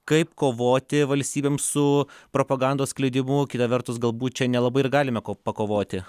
kaip kovoti valstybėms su propagandos skleidimu kita vertus galbūt čia nelabai ir galime ko pakovoti